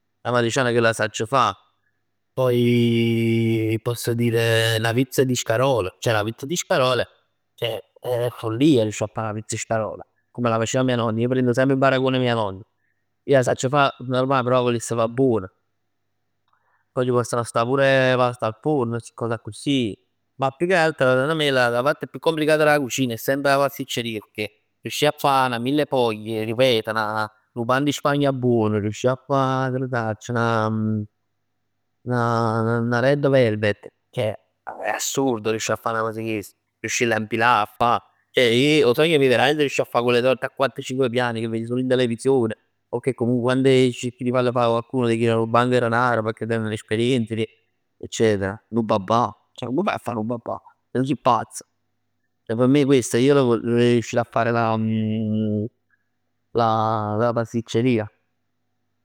'A amatriciana, chell 'a sacc fà. Poi posso dire 'na pizza di scarole, ceh 'na pizza di scarole, ceh è follia riuscì 'a fa 'na pizza 'e scarole. Come la faceva mia nonna. Io prendo sempre in paragone mia nonna. Ij 'a sacc fa normale, però 'a vuless fa buon. Poi ci possono sta pure pasta al forn, sti cos accussì. Ma più che altro second me la parte più complicata della cucina è semp' 'a pasticceria. Pecchè riuscì 'a fa 'na mille foglie, ripeto, 'na 'nu pan di spagna buono, riuscì 'a fa, ch' ne sacc, 'na 'na red velvet. Ceh è assurdo riuscì 'a fa 'na cos 'e chest, riuscirle 'a impilà, 'a fa. Ceh ij, 'o sogn mij è veramente riuscì 'a fa quelle torte a quatt cinque piani che vedi solo in televisione. O che comunque quando cerchi di farla fa da qualcuno ti chiede 'nu banc 'e denare. Pecchè tenen esperienza eccetera. 'Nu babà, ceh comm' faj 'a fa 'nu babà? Ceh tu si pazz. Ceh p' me questo è, ij vorrei riuscire a fare la la pasticceria.